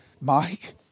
Mike